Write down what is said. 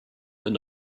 and